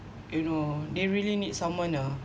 you know they really need someone ah